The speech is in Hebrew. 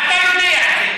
ואתה יודע את זה,